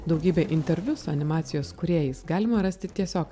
daugybę interviu su animacijos kūrėjais galima rasti tiesiog